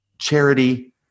charity